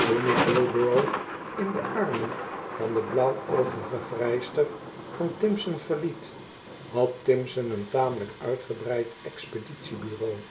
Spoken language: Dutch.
toen ik al in de armen van de blauwoogige vrijster van ïimpson verliet had timpson een tamelijk uitgebreid expeditie bureau